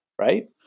right